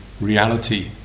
reality